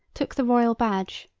took the royal badge,